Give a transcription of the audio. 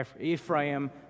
Ephraim